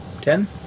Ten